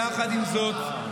יחד עם זאת,